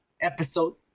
episode